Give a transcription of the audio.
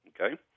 Okay